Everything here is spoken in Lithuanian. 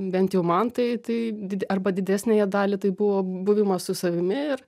bent jau man tai tai did arba didesniąją dalį tai buvo buvimas su savimi ir